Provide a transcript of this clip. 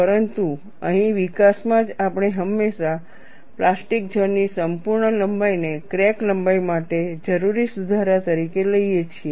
પરંતુ અહીં વિકાસમાં જ આપણે હંમેશા પ્લાસ્ટિક ઝોન ની સંપૂર્ણ લંબાઈને ક્રેક લંબાઈ માટે જરૂરી સુધારા તરીકે લઈએ છીએ